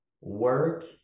work